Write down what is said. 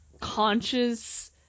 conscious